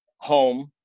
home